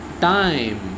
time